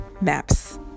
maps